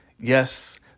Yes